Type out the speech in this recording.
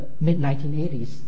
mid-1980s